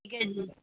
ਠੀਕ ਹੈ ਜੀ